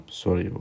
sorry